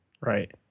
Right